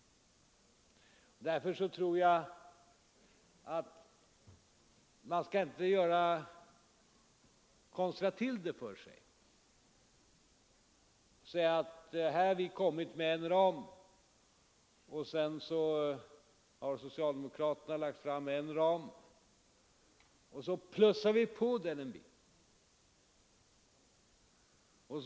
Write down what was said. Därför tror jag att man inte skall konstra till det för sig och säga att här har vi kommit med en ram, sedan har socialdemokraterna lagt fram en ram, och så plussar vi på den en bit.